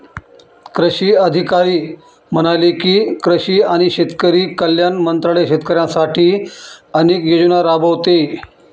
कृषी अधिकारी म्हणाले की, कृषी आणि शेतकरी कल्याण मंत्रालय शेतकऱ्यांसाठी अनेक योजना राबवते